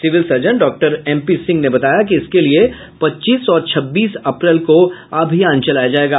civil surgeon doctor MP Singh ने बताया कि इसके लिए पच्चीस और छब्बीस अप्रैल को अभियान चलाया जायेगा